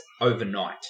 overnight